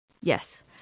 Yes